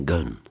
Gun